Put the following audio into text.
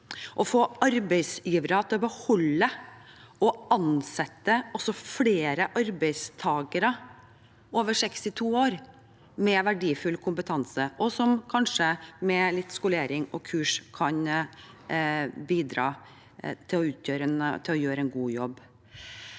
og få arbeidsgivere til å beholde og også ansette flere arbeidstakere over 62 år, som har verdifull kompetanse, og som kanskje med litt skolering og kurs kan bidra til å gjøre en god jobb?